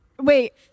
Wait